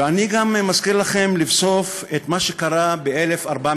ואני גם מזכיר לכם לבסוף את מה שקרה ב-1492,